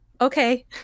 okay